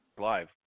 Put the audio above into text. Live